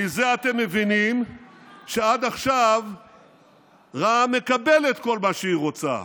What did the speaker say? מזה אתם מבינים שעד עכשיו רע"מ מקבלת כל מה שהיא רוצה: